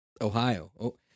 Ohio